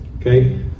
Okay